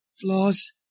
flaws